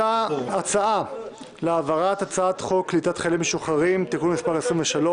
הצעה להעברת הצעת חוק קליטת חיילים משוחררים (תיקון מס' 23,